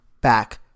back